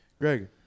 Greg